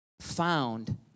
found